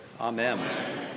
Amen